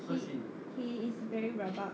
he he is very rabak